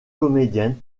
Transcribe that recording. comédienne